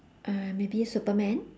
uh maybe superman